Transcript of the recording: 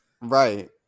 right